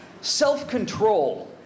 Self-control